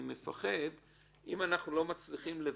אני מפחד אם אנחנו לא נצליח לוודא